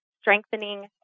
strengthening